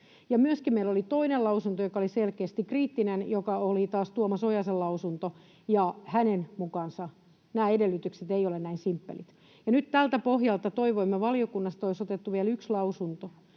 myöskin meillä oli toinen lausunto, joka oli selkeästi kriittinen, joka oli taas Tuomas Ojasen lausunto, ja hänen mukaansa nämä edellytykset eivät ole näin simppelit. Nyt tältä pohjalta toivoimme valiokunnassa, että olisi otettu vielä yksi lausunto,